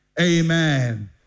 amen